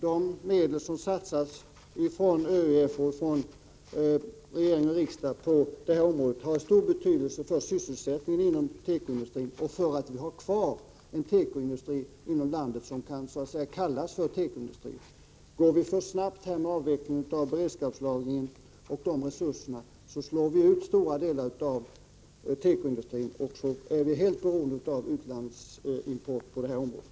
De medel som satsas från ÖEF och från regering och riksdag på detta område har ju stor betydelse för sysselsättningen inom tekoindustrin och för att vi skall ha kvar en industri inom landet som kan kallas tekoindustri. Minskar vi beredskapslagringen för snabbt, så slår vi ut stora delar av tekoindustrin, och sedan blir vi helt beroende av utlandsimport på detta område.